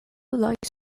like